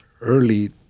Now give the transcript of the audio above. early